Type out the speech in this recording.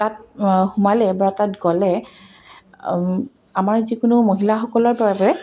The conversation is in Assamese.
তাত সোমালে বা তাত গ'লে আমাৰ যিকোনো মহিলাসকলৰ বাবে